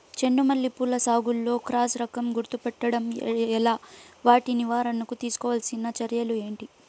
చెండు మల్లి పూల సాగులో క్రాస్ రకం గుర్తుపట్టడం ఎలా? వాటి నివారణకు తీసుకోవాల్సిన చర్యలు ఏంటి?